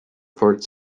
for